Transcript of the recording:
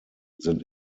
sind